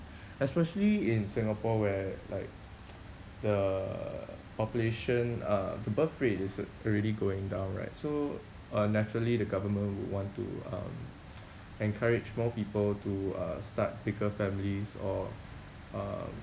especially in Singapore where like the population uh the birth rate is already going down right so uh naturally the government would want to um encourage more people to uh start bigger families or uh